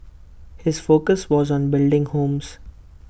his focus was on building homes